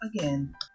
again